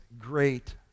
great